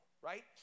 right